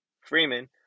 Freeman